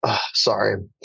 Sorry